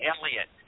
Elliott